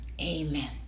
amen